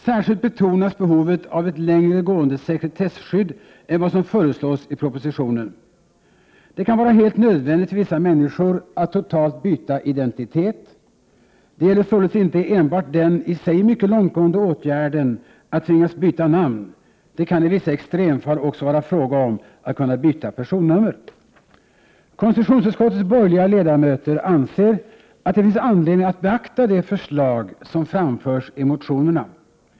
Särskilt betonas behovet av ett längre gående sekretesskydd än vad som föreslås i propositionen. Det kan vara helt nödvändigt för vissa människor att totalt byta identitet. Det gäller således inte enbart den i sig mycket långtgående åtgärden att tvingas byta namn. Det kan i vissa extremfall också vara fråga om att kunna byta personnummer. Konstitutionsutskottets borgerliga ledamöter anser att det finns anledning att beakta de förslag som framförs i motionerna.